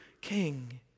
king